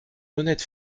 honnête